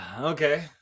okay